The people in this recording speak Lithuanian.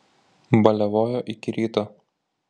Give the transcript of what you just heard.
baliavojo iki ryto